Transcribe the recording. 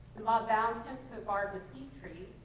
the mob bound him to a barbed mesquite tree.